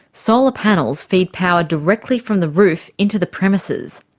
solar panels feed power directly from the roof into the premises.